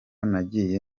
nagiye